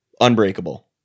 unbreakable